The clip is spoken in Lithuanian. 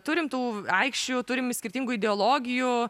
turim tų aikščių turim skirtingų ideologijų